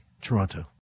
Toronto